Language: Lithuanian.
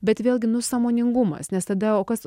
bet vėlgi nu sąmoningumas nes tada o kas